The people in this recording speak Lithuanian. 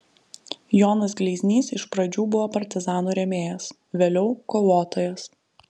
jonas gleiznys iš pradžių buvo partizanų rėmėjas vėliau kovotojas